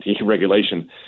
regulation